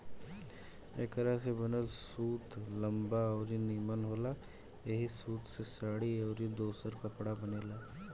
एकरा से बनल सूत लंबा अउरी निमन होला ऐही सूत से साड़ी अउरी दोसर कपड़ा बनेला